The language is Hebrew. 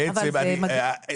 אני אגיד לך משהו,